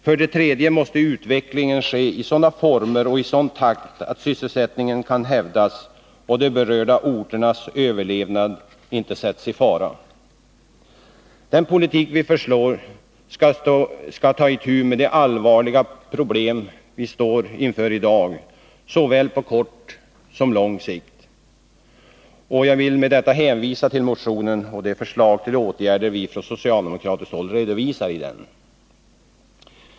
För det tredje måste utvecklingen ske i sådana former och i sådan takt att sysselsättningen kan hävdas och de berörda orternas överlevnad inte sätts i fara. Den politik vi föreslår skall ta itu med de allvarliga problem vi står inför i dag, såväl på kort som på lång sikt. Jag vill med detta hänvisa till motionen och de förslag till åtgärder som vi från socialdemokratiskt håll redovisar i den.